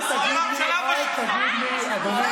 כולם בעד, כולם בעד.